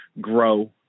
grow